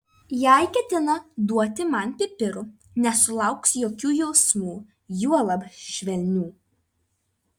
jei ketina duoti man pipirų nesulauks jokių jausmų juolab švelnių